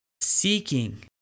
Seeking